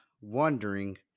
wondering